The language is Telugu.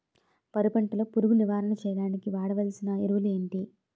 వరి పంట లో పురుగు నివారణ చేయడానికి వాడాల్సిన ఎరువులు ఏంటి?